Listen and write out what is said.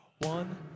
One